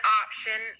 option